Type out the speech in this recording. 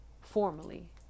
formally